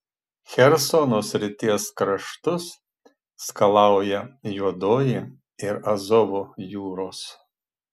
chersono srities kraštus skalauja juodoji ir azovo jūros